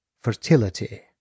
Fertility